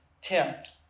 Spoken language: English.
tempt